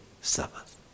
Sabbath